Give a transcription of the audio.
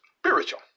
spiritual